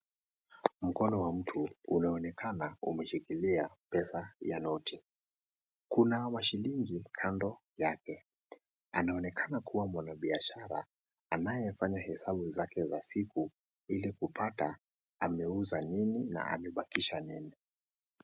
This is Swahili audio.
Mkono wa mtu unaonekana umeshikilia pesa ya noti, kuna wa shilingi kando yake, anaonekana kuwa mwanabiashara anaye fanya hesabu zake za siku ili kupata ameuza nini na amebakisha nini.